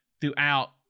throughout